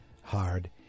hard